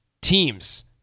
teams